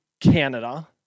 Canada